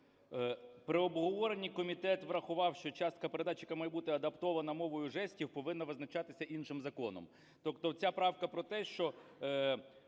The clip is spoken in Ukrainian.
При обговоренні комітет врахував, що частка передачі, яка має бути адаптована мовою жестів, повинна визначатися іншим законом. Тобто ця правка про те, що